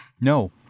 No